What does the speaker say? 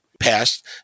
passed